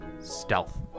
Stealth